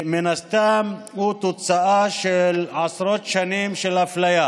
שמן הסתם הוא תוצאה של עשרות שנים של אפליה